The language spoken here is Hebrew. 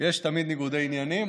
יש תמיד ניגודי עניינים,